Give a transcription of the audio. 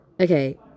Okay